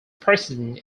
president